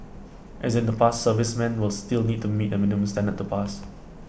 as in the past servicemen will still need to meet A minimum standard to pass